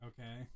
okay